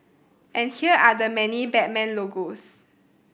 and here are the many Batman logos